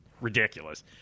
ridiculous